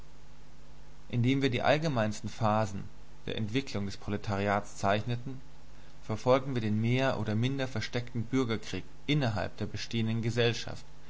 indem wir die allgemeinsten phasen der entwicklung des proletariats zeichneten verfolgten wir den mehr oder minder versteckten bürgerkrieg innerhalb der bestehenden gesellschaft